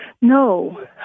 No